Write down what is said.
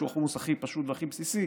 שהוא החומוס הכי פשוט והכי בסיסי,